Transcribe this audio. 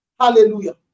Hallelujah